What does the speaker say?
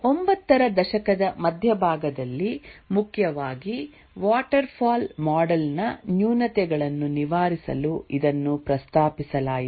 90 ರ ದಶಕದ ಮಧ್ಯಭಾಗದಲ್ಲಿ ಮುಖ್ಯವಾಗಿ ವಾಟರ್ಫಾಲ್ ಮಾಡೆಲ್ ನ ನ್ಯೂನತೆಗಳನ್ನು ನಿವಾರಿಸಲು ಇದನ್ನು ಪ್ರಸ್ತಾಪಿಸಲಾಯಿತು